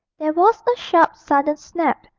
there was a sharp sudden snap,